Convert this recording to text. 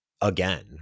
again